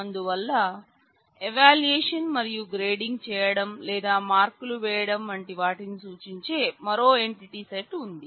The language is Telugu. అందువల్ల ఎవాల్యూయేషన్ మరియు గ్రేడింగ్ చేయడం లేదా మార్కులు వేయడం వంటి వాటిని సూచించే మరో ఎంటిటీ సెట్ ఉంది